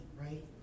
right